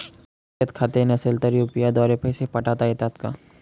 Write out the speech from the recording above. बँकेत खाते नसेल तर यू.पी.आय द्वारे पैसे पाठवता येतात का?